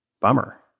Bummer